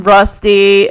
Rusty